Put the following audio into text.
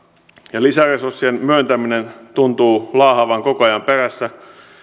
ja lisäresurssien myöntäminen tuntuu laahaavan koko ajan perässä niin nämäkään resurssit tuskin tulevat